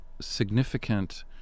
significant